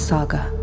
Saga